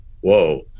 whoa